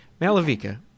Malavika